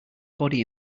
body